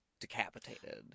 decapitated